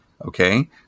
Okay